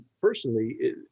personally